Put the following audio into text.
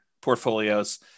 portfolios